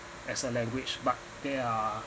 as a language but they are